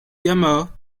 yamaha